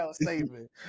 statement